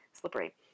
slippery